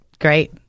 Great